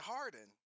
Harden